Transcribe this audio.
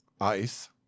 ice